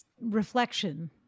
reflection